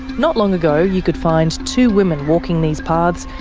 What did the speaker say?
not long ago you could find two women walking these paths,